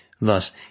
Thus